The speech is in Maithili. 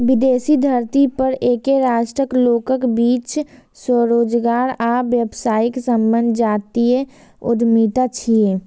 विदेशी धरती पर एके राष्ट्रक लोकक बीच स्वरोजगार आ व्यावसायिक संबंध जातीय उद्यमिता छियै